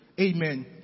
amen